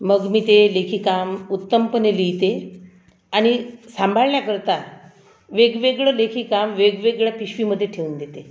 मग मी ते लेखी काम उत्तमपणे लिहिते आणि सांभाळण्याकरता वेगवेगळं लेखी काम वेगवेगळ्या पिशवीमध्ये ठेवून देते